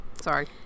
Sorry